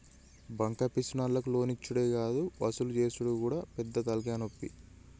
బాంకాపీసర్లకు లోన్లిచ్చుడే గాదు వసూలు జేసుడు గూడా పెద్ద తల్కాయనొప్పి